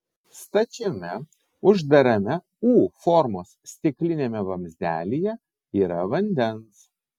stačiame uždarame u formos stikliniame vamzdelyje yra vandens